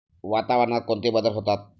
वातावरणात कोणते बदल होतात?